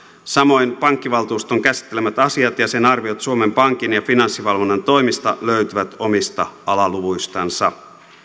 samoin pankkivaltuuston käsittelemät asiat ja sen arviot suomen pankin ja finanssivalvonnan toimista löytyvät omista alaluvuistansa